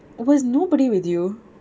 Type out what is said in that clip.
was nobody with you